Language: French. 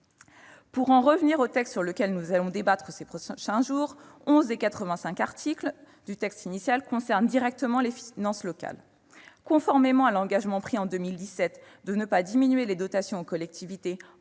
Pour en revenir au projet de loi dont nous allons débattre ces prochains jours, 11 des 85 articles du texte initial concernent directement les finances locales. Conformément à l'engagement pris en 2017 de ne pas diminuer les dotations aux collectivités